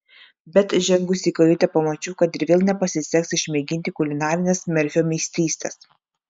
bet žengusi į kajutę pamačiau kad ir vėl nepasiseks išmėginti kulinarinės merfio meistrystės